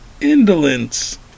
Indolence